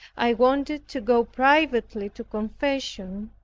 i wanted to go privately to confession,